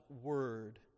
Word